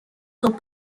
صبح